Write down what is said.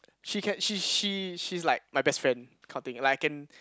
she can she she she is like my best friend that kind of thing like I can